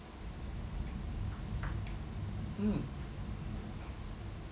mm